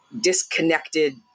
disconnected